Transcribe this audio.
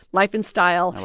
life and style.